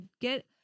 get